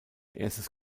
erstes